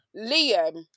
Liam